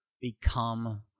become